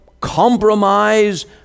compromise